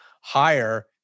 higher